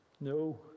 No